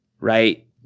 right